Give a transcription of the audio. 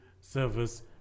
service